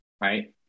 right